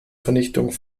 vernichtung